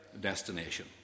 destination